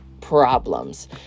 problems